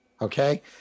okay